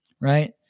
right